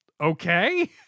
okay